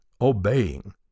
obeying